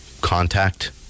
contact